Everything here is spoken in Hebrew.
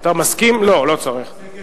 אתה מסכים לתנאים?